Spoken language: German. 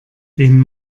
den